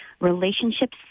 relationships